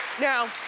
now,